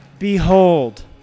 Behold